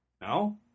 No